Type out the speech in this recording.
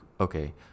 okay